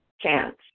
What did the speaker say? chance